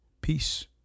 peace